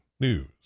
NEWS